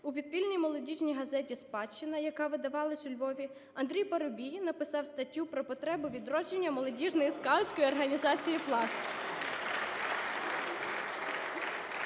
у підпільній молодіжній газеті "Спадщина", яка видавалась у Львові, Андрій Парубій написав статтю про потреби відродження молодіжної скаутської організації "Пласт".